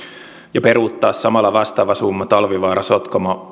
ja peruuttaa samalla vastaava summa talvivaara sotkamo